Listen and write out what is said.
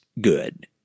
good